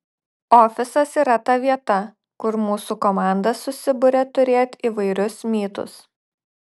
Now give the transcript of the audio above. ofisas yra ta vieta kur mūsų komanda susiburia turėt įvairius mytus